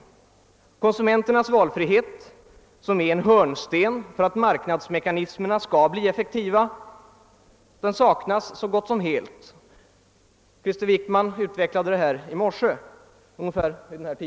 Konsumenternas valfrihet, som är en hörnsten för att marknadsmekanismen skall bli effektiv saknas så gott som helt; statsrådet Wickman utvecklade den saken i morse.